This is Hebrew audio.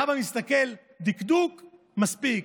האבא מסתכל: דקדוק, מספיק,